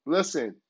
Listen